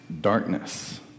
darkness